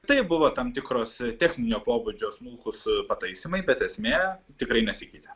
taip buvo tam tikros techninio pobūdžio smulkūs pataisymai bet esmė tikrai nesikeitė